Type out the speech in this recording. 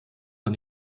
man